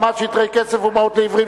התאמת שטרי כסף ומעות לעיוורים),